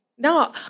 No